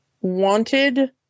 wanted